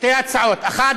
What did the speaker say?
שתי הצעות: האחת,